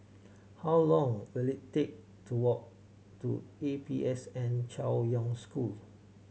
how long will it take to walk to A P S N Chaoyang School